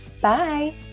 Bye